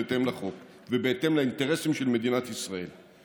בהתאם לחוק ובהתאם לאינטרסים של מדינת ישראל.